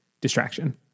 distraction